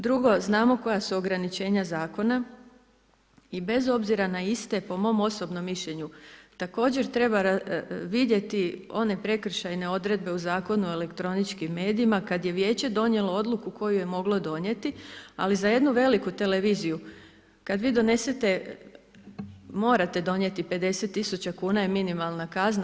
Drugo, znamo koja su ograničenja zakona i bez obzira na iste, po mom osobnom mišljenju, također treba vidjeti, one prekršajne odredbe o Zakonu o elektroničkim medijima, kada je vijeće donijelo odluku, koju je moglo donijeti, ali za jednu veliku televiziju, kada vi donesete, morate donijeti 50000 kn je minimalna kazna.